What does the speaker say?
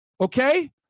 okay